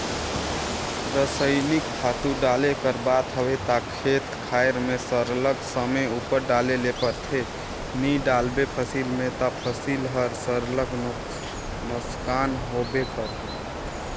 रसइनिक खातू डाले कर बात हवे ता खेत खाएर में सरलग समे उपर डाले ले परथे नी डालबे फसिल में ता फसिल हर सरलग नोसकान होबे करही